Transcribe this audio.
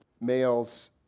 males